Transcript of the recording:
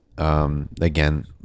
Again